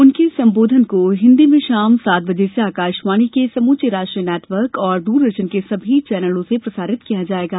उनके संबोधन को हिन्दी में शाम सात बजे से आकाशवाणी के समूचे राष्ट्रीय नेटवर्क और द्रदर्शन के सभी चैनलों से प्रसारित किया जाएगा